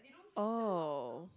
oh